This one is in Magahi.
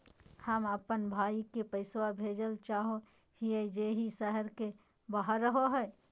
हम अप्पन भाई के पैसवा भेजल चाहो हिअइ जे ई शहर के बाहर रहो है